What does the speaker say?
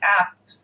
ask